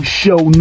show